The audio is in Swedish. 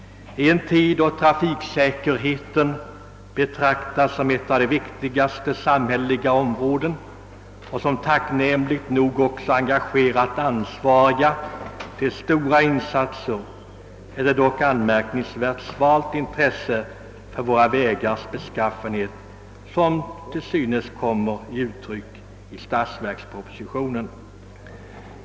I en tid då trafiksäkerheten betraktas som ett av de viktigaste samhälleliga områdena, vilket tacknämligt nog också engagerat ansvariga till stora insatser, är det dock ett anmärkningsvärt svalt intresse för våra vägars beskaffenhet som kommer till synes i statsverkspropositionen.